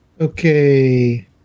Okay